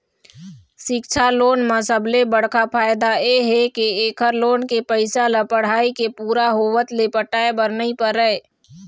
सिक्छा लोन म सबले बड़का फायदा ए हे के एखर लोन के पइसा ल पढ़ाई के पूरा होवत ले पटाए बर नइ परय